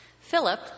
Philip